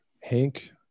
Hank